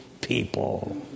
people